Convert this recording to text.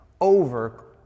over